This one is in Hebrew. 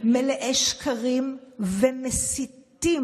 מתביישת שאת שרה בממשלה, במציאות הזאת,